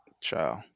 Child